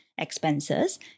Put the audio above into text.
expenses